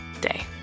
day